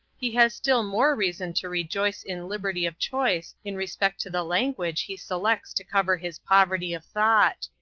he has still more reason to rejoice in liberty of choice in respect to the language he selects to cover his poverty of thought.